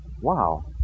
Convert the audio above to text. wow